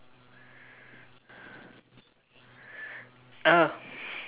ah